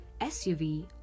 SUV